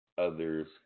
others